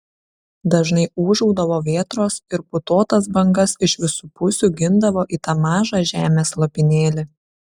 dažnai ūžaudavo vėtros ir putotas bangas iš visų pusių gindavo į tą mažą žemės lopinėlį